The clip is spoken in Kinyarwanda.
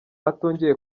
atongeye